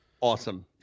Awesome